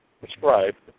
prescribed